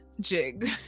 jig